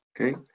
Okay